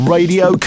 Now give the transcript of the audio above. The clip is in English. Radio